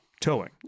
towing